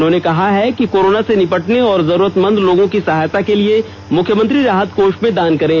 उन्होंने कहा है कि कोरोना से निपटने ओर जरूरतमंद लोगों की सहायता के लिए मुख्यमंत्री राहत कोष में दान करें